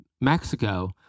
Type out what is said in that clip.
Mexico